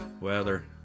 weather